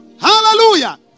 Hallelujah